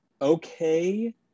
okay